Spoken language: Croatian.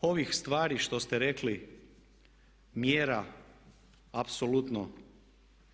Oko ovih stvari što ste rekli mjera apsolutno